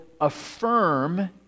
affirm